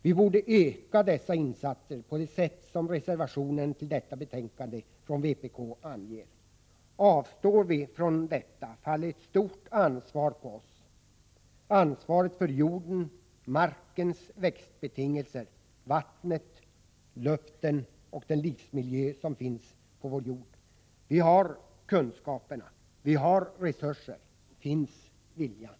Vi borde öka dessa insatser på det sätt som reservationerna till detta betänkande från vpk anger. Avstår vi från detta faller ett stort ansvar på oss — ansvaret för jorden, markens växtbetingelser, vattnet, luften och den livsmiljö som finns på vår jord. Vi har kunskaperna. Vi har resurser. Finns viljan?